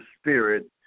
Spirit